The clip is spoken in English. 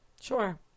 Sure